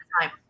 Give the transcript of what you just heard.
time